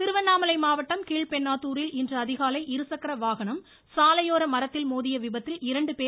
விபத்து திருவண்ணாமலை மாவட்டம் கீழ்பெண்ணாத்தூரில் இன்று அதிகாலை இருசக்கர வாகனம் சாலையோர மரத்தில் மோதிய விபத்தில் இரண்டு பேர் உயிரிழந்தனர்